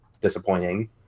disappointing